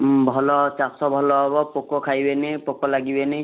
ଭଲ ଚାଷ ଭଲ ହେବ ପୋକ ଖାଇବେନି ପୋକ ଲାଗିବେନି